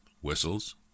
whistles